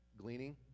gleaning